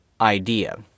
idea